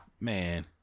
man